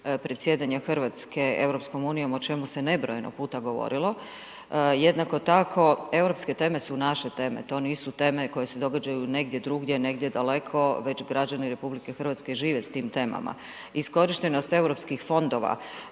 predsjedanja Hrvatske Europskom unijom o čemu se nebrojeno puta govorilo. Jednako tako europske teme su naše teme, to nisu teme koje se događaju negdje drugdje, negdje daleko već građani RH žive s tim temama. Iskorištenog europskih fondova